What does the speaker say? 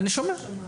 אני שומע.